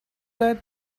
that